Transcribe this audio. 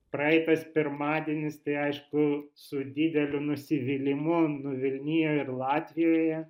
praeitas pirmadienis tai aišku su dideliu nusivylimu nuvilnijo ir latvijoje